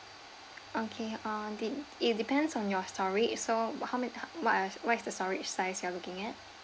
okay uh did it depends on your story so what how many what are what is the storage size you are looking at